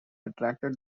attracted